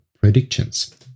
predictions